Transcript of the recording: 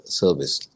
service